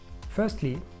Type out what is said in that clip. firstly